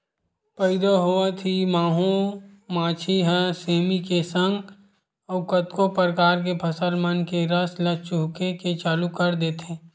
पइदा होवत ही माहो मांछी ह सेमी के संग अउ कतको परकार के फसल मन के रस ल चूहके के चालू कर देथे